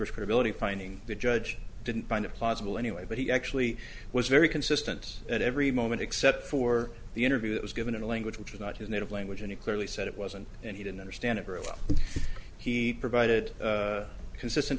ability finding the judge didn't find it plausible anyway but he actually was very consistent at every moment except for the interview that was given in a language which is not his native language and he clearly said it wasn't and he didn't understand it very well he provided consistent